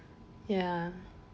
ya